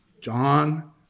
John